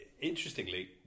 interestingly